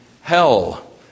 hell